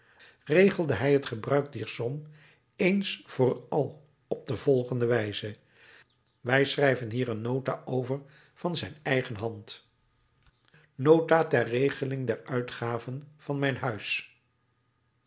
regelde hij het gebruik dier som eens voor al op de volgende wijze wij schrijven hier een nota over van zijn eigen hand nota ter regeling der uitgaven van mijn huis